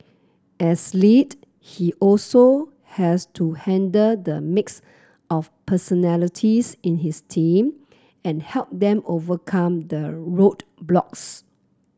as lead he also has to handle the mix of personalities in his team and help them overcome the roadblocks